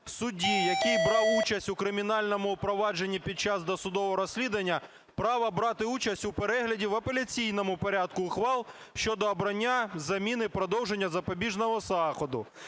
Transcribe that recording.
судді, який брав участь у кримінальному провадженні під час досудового розслідування, право брати участь у перегляді в апеляційному порядку ухвал щодо обрання заміни, продовження запобіжного заходу"?